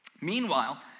Meanwhile